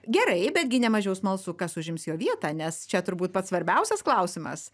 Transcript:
gerai bet gi ne mažiau smalsu kas užims jo vietą nes čia turbūt pats svarbiausias klausimas